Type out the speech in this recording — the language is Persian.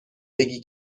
بگی